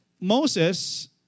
Moses